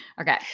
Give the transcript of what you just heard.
Okay